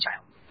child